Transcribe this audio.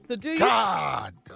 God